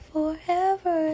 Forever